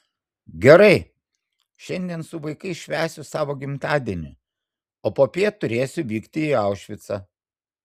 gerai šiandien su vaikais švęsiu savo gimtadienį o popiet turėsiu vykti į aušvicą